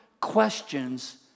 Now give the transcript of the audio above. questions